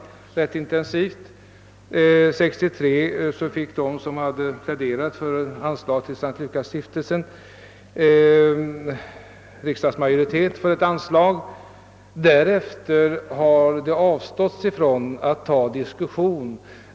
År 1963 fick de som pläderat för anslag till S:t Lukasstiftelsen riks "dagsmåjoritet;: Därefter har man avstått från att ta upp någon diskussion.